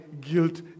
guilt